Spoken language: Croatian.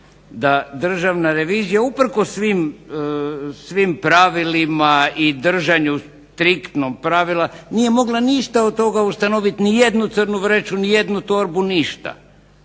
da Državna revizija uprkos svim pravilima i držanju striktno pravila, nije mogla ništa od toga ustanoviti nijednu crnu vreću, nijednu torbu, ništa,